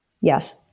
Yes